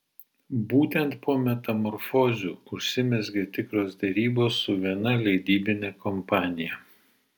būtent po metamorfozių užsimezgė tikros derybos su viena leidybine kompanija